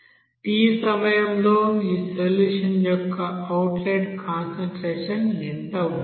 t సమయంలో ఈ solution యొక్క అవుట్లెట్ కాన్సంట్రేషన్ ఎంత ఉండాలి